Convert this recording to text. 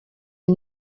est